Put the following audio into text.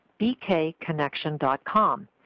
bkconnection.com